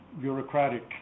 bureaucratic